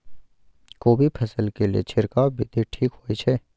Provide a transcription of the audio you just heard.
कोबी फसल के लिए छिरकाव विधी ठीक होय छै?